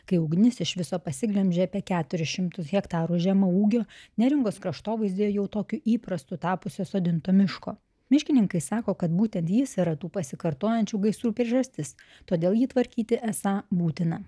kai ugnis iš viso pasiglemžė apie keturis šimtus hektarų žemaūgio neringos kraštovaizdyje jau tokiu įprastu tapusio sodinto miško miškininkai sako kad būtent jis yra tų pasikartojančių gaisrų priežastis todėl jį tvarkyti esą būtina